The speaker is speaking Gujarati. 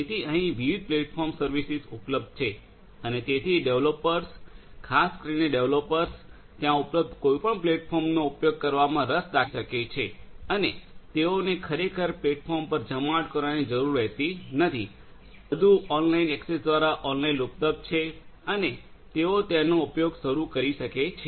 જેથી અહીં વિવિધ પ્લેટફોર્મ સર્વિસીસ ઉપલબ્ધ છે અને તેથી ડેવલોપર્સ ખાસ કરીને ડેવલોપર્સ ત્યાં ઉપલબ્ધ કોઈપણ પ્લેટફોર્મનો ઉપયોગ કરવામાં રસ દાખવી શકે છે અને તેઓને ખરેખર પ્લેટફોર્મ પર જમાવટ કરવાની જરૂર રહેતી નથી બધું ઓનલાઇન એક્સેસ દ્વારા ઓનલાઇન ઉપલબ્ધ છે તે અને તેઓ તેનો ઉપયોગ શરૂ કરી શકશે